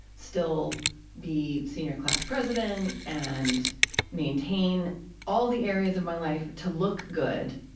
still be senior class president and maintain all the areas of my life to look good.